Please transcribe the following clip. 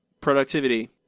Productivity